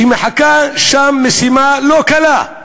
שמחכה שם משימה לא קלה.